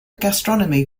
gastronomy